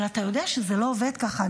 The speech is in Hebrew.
אבל אתה יודע שזה לא עובד ככה.